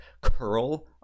curl